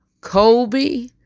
Kobe